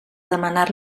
demanar